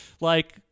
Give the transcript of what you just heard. like-